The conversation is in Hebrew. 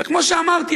וכמו שאמרתי,